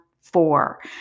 four